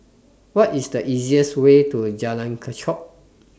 What IS The easiest Way to Jalan Kechot